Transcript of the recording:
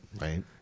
right